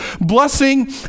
blessing